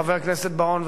חבר הכנסת בר-און,